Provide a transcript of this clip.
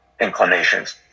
inclinations